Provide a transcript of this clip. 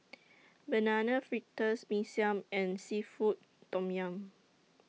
Banana Fritters Mee Siam and Seafood Tom Yum